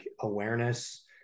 awareness